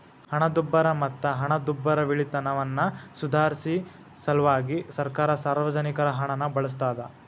ಹಣದುಬ್ಬರ ಮತ್ತ ಹಣದುಬ್ಬರವಿಳಿತವನ್ನ ಸುಧಾರ್ಸ ಸಲ್ವಾಗಿ ಸರ್ಕಾರ ಸಾರ್ವಜನಿಕರ ಹಣನ ಬಳಸ್ತಾದ